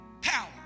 power